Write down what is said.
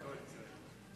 אדוני?